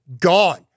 gone